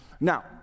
Now